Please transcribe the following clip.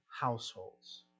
households